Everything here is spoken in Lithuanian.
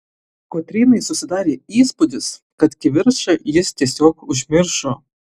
kotrynai susidarė įspūdis kad kivirčą jis tiesiog užmiršo